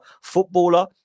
footballer